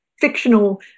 fictional